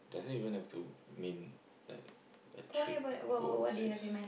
doesn't even have to mean like a trip overseas